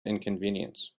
inconvenience